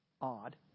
Odd